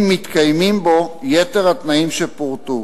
אם מתקיימים בו יתר התנאים שפורטו.